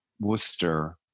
Worcester